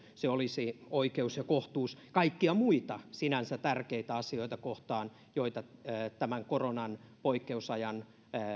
se olisi oikeus ja kohtuus kaikkia muita sinänsä tärkeitä asioita kohtaan joita tämän koronan poikkeusajan